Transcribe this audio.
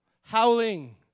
Howling